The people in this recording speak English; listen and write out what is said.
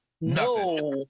No